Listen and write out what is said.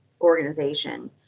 organization